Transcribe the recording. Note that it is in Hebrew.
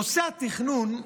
נושא התכנון,